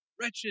Wretched